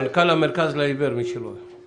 מנכ"ל המרכז לעיוור, מי שלא מכיר.